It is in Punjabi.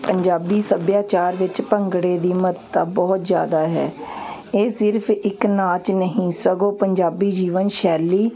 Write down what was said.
ਪੰਜਾਬੀ ਸੱਭਿਆਚਾਰ ਵਿੱਚ ਭੰਗੜੇ ਦੀ ਮਹੱਤਤਾ ਬਹੁਤ ਜ਼ਿਆਦਾ ਹੈ ਇਹ ਸਿਰਫ਼ ਇੱਕ ਨਾਚ ਨਹੀਂ ਸਗੋਂ ਪੰਜਾਬੀ ਜੀਵਨ ਸ਼ੈਲੀ